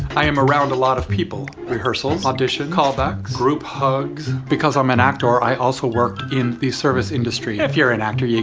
i am around a lot of people. rehearsals. auditions. callbacks. group hugs. because i'm an actor, i also work in the service industry. if you're an actor, yeah